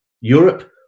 Europe